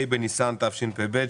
ה' בניסן תשפ"ב,